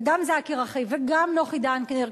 וגם זכי רכיב וגם נוחי דנקנר,